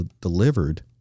delivered